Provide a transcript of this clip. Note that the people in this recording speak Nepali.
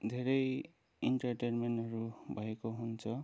धेरै इन्टरटेन्मेन्टहरू भएको हुन्छ